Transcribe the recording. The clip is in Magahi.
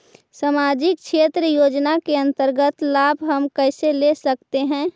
समाजिक क्षेत्र योजना के अंतर्गत लाभ हम कैसे ले सकतें हैं?